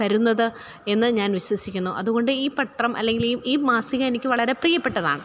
തരുന്നത് എന്നു ഞാൻ വിശ്വസിക്കുന്നു അതുകൊണ്ട് ഈ പത്രം അല്ലങ്കിൽ ഈ ഈ മാസിക എനിക്ക് വളരെ പ്രിയപ്പെട്ടതാണ്